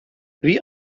wie